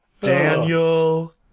Daniel